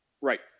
Right